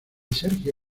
sergio